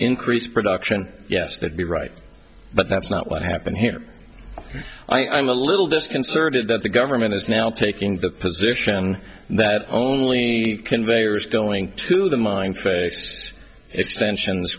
increase production yes they'd be right but that's not what happened here i'm a little disconcerted that the government is now taking the position that only conveyors going to the mine faced extensions